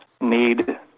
need